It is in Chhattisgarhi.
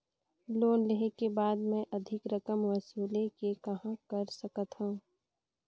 लोन लेहे के बाद मे अधिक रकम वसूले के कहां कर सकथव?